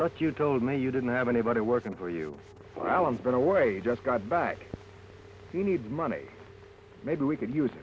but you told me you didn't have anybody working for you well i'm going away just got back you need money maybe we could use